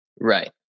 Right